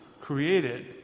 created